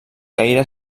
gaire